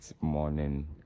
morning